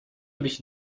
mich